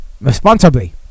responsibly